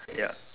ya